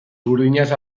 burdinaz